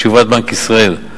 תשובת בנק ישראל.